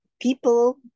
people